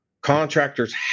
contractors